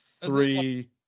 three